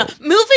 Moving